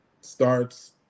starts